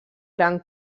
gran